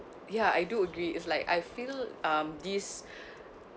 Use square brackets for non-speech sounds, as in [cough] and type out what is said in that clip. ya I do agree it's like I feel um this [breath]